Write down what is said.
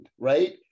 right